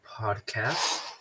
Podcast